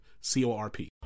C-O-R-P